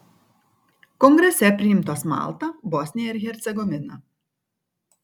kongrese priimtos malta bosnija ir hercegovina